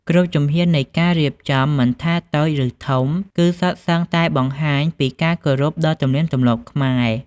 គ្រប់ជំហាននៃការរៀបចំ មិនថាតូចឬធំ គឺសុទ្ធសឹងតែបង្ហាញពីការគោរពដល់ទំនៀមទម្លាប់ខ្មែរ។